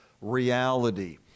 reality